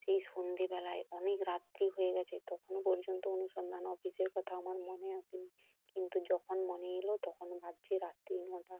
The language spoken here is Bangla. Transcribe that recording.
সেই সন্ধেবেলায় অনেক রাত্রি হয়ে গেছে তখনও পর্যন্ত অনুসন্ধান অফিসের কথা আমার মনে আসে নি কিন্তু যখন মনে এলো তখন ভাবছি রাত্রি নটা